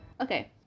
okay